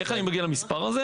איך אני מגיע למספר הזה?